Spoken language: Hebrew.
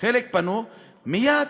חלק פנו, מייד,